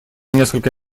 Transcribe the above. несколько